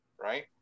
right